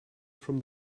from